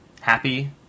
happy